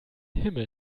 himmel